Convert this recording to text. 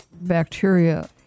bacteria